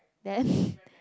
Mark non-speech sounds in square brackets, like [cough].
then [laughs]